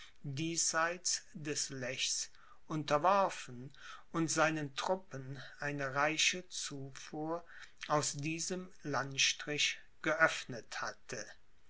diesseits des lechs unterworfen und seinen truppen eine reiche zufuhr aus diesem landstrich geöffnet hatte